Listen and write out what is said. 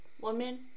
woman